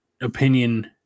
opinion